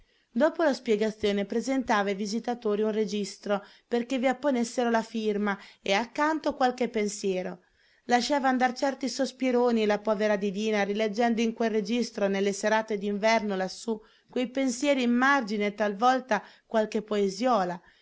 dopo la spiegazione presentava ai visitatori un registro perché vi apponessero la firma e accanto qualche pensiero lasciava andar certi sospironi la povera didina rileggendo in quel registro nelle serate d'inverno lassù quei pensieri in margine e talvolta qualche poesiola